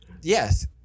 yes